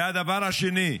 הדבר השני,